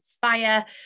fire